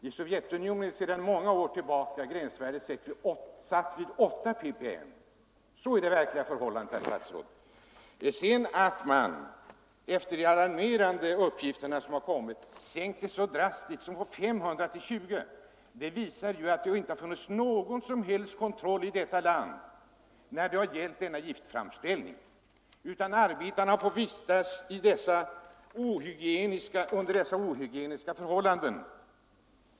I Sovjetunionen är sedan många år gränsvärdet satt till 8 ppm. Att man sedan efter de alarmerande uppgifter som framkommit sänker värdet så drastiskt som från 500 till 20 ppm visar att det inte har funnits någon som helst kontroll här i landet när det gällt denna giftframställning, utan arbetarna har fått utföra sitt arbete under dessa ohygieniska förhållanden.